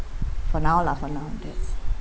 for now lah for now that's